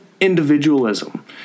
individualism